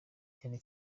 cyane